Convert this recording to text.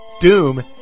Doom